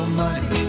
money